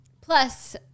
Plus